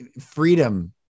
freedom